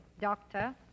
doctor